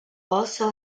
also